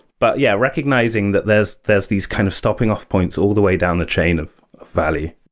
but yeah, recognizing that there's there's these kind of stopping off points all the way down the chain of valley.